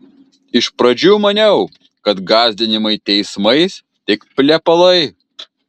iš pradžių maniau kad gąsdinimai teismais tik plepalai